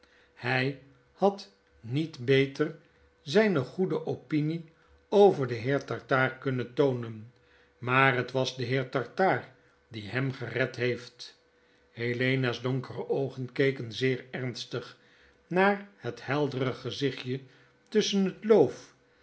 hy had nietjbeter zyne goede opinie over den heer tartaar kunnen toonen maar het was de heer tartaar die hem gered heeft helena's donkere oogen keken zeer ernstig naar het heldere gezichtje tusschen het loof